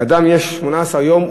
לאדם יש 18 יום,